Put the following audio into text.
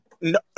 No